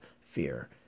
fear